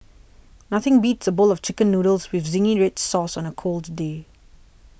nothing beats a bowl of Chicken Noodles with Zingy Red Sauce on a cold day